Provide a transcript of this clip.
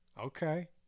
Okay